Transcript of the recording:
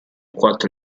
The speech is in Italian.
quattro